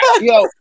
Yo